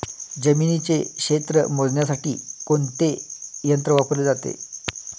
जमिनीचे क्षेत्र मोजण्यासाठी कोणते यंत्र वापरले जाते?